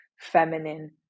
feminine